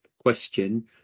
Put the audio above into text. question